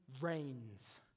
reigns